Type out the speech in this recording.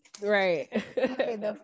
Right